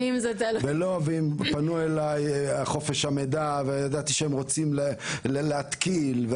פנו אליי חופש המידע, וידעתי שהם רוצים להתקיל.